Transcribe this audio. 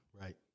Right